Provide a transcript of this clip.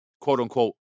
quote-unquote